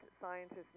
scientists